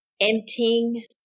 emptying